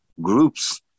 groups